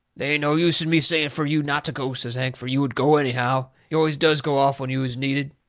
they ain't no use in me saying fur you not to go, says hank, fur you would go anyhow. you always does go off when you is needed.